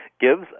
gives